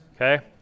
Okay